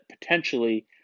potentially